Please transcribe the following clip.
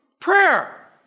prayer